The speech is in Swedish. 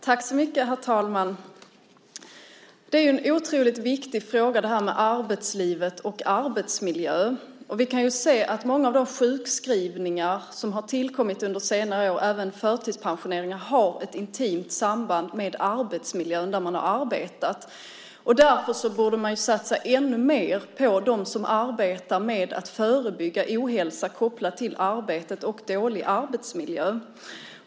Herr talman! Det här med arbetsliv och arbetsmiljö är en otroligt viktig fråga. Vi kan ju se att många av de sjukskrivningar som har tillkommit under senare år, även förtidspensioneringar, har ett intimt samband med arbetsmiljön där man har arbetat. Därför borde man satsa ännu mer på dem som arbetar med att förebygga ohälsa kopplad till arbetet och dålig arbetsmiljö.